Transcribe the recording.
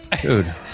dude